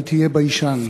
אל תהיה ביישן.